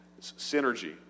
Synergy